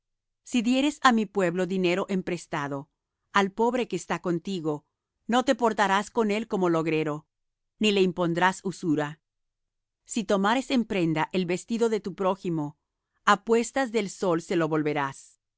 si dieres á mi pueblo dinero emprestado al pobre que está contigo no te portarás con él como logrero ni le impondrás usura si tomares en prenda el vestido de tu prójimo á puestas del sol se lo volverás